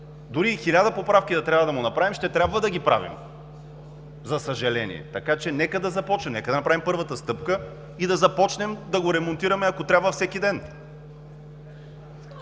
Дори и хиляда поправки да трябва да му направим, ще трябва да ги правим, за съжаление. Така че нека да направим първата стъпка и да започнем да го ремонтираме, ако трябва, всеки ден.